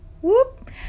Whoop